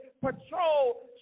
patrol